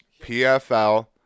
PFL